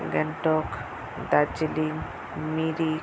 Gangtok Darjeeling Mirik